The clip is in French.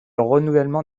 renouvellement